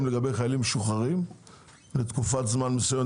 לגבי חיילים משוחררים לתקופת זמן מסוימת.